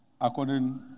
according